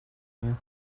you